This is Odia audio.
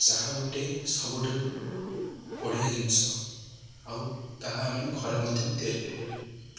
ଯାହା ଗୋଟେ ସବୁଠାରୁ ବଢ଼ିଆ ଜିନିଷ ଆଉ ତାହା ଆମ ଘରେ ମଧ୍ୟ ତିଆରି କରିପାରିବା